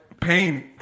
pain